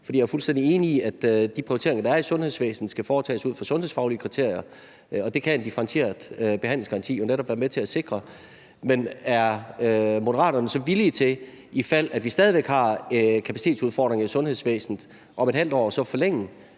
Jeg er jo fuldstændig enig i, at de prioriteringer, der er i sundhedsvæsenet, skal foretages ud fra sundhedsfaglige kriterier, og det kan en differentieret behandlingsgaranti jo netop være med til at sikre. Men er Moderaterne så villige til, i fald vi stadig væk har kapacitetsudfordringer i sundhedsvæsenet om et halvt år, at forlænge